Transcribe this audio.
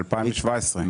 מ-2017.